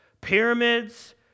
Pyramids